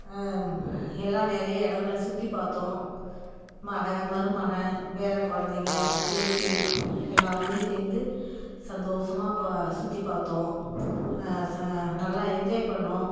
எல்லா நிறைய இடங்கள சுற்றிப் பார்த்தோம் மகள் மருமகன் பேர குழந்தைங்க பேத்தி எல்லோருமே சேர்ந்து சந்தோஷமாக பா சுற்றிப் பார்த்தோம் ச நல்லா என்ஜாய் பண்ணிணோம்